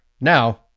Now